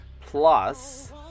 plus